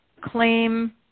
claim